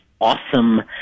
awesome